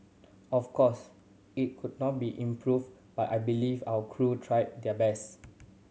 of course it could not be improved but I believe our crew tried their best